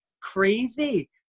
crazy